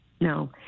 no